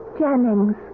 Jennings